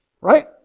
Right